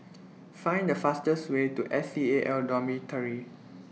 Find The fastest Way to S C A L Dormitory